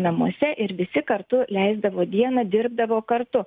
namuose ir visi kartu leisdavo dieną dirbdavo kartu